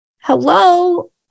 hello